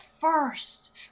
first